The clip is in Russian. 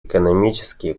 экономические